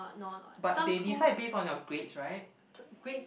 but they decide base on your grades right